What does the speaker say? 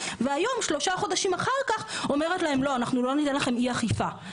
והיום שלושה חודשים אחר כך היא אומרת להם שלא יהיה להם אי אכיפה.